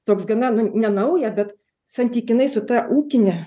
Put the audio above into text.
toks gana nenaują bet santykinai su ta ūkine